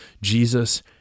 Jesus